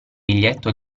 biglietto